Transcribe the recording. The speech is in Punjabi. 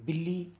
ਬਿੱਲੀ